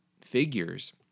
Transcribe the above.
figures